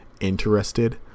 interested